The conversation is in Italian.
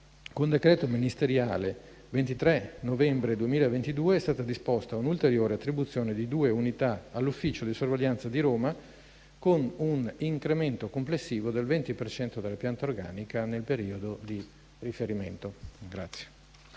con decreto ministeriale 23 novembre 2022 è stata disposta un'ulteriore attribuzione di due unità all'ufficio di sorveglianza di Roma, con un incremento complessivo del 20 per cento della pianta organica nel periodo di riferimento.